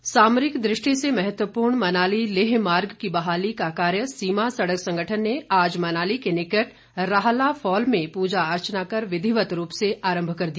रोहतांग सामरिक दृष्टि से महत्वपूर्ण मनाली लेह मार्ग की बहाली का कार्य सीमा सड़क संगठन ने आज मनाली के निकट राहला फॉल में पूजा अर्चना कर विधिवत रूप से आरंभ कर दिया